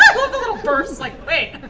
i love the little bursts, like, wait.